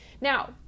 Now